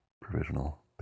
provisional